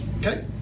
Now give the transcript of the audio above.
okay